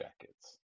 jackets